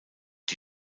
die